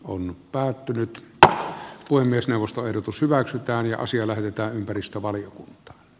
on päättänyt että puhemiesneuvoston ehdotus hyväksytään ja siitä olen vakuuttunut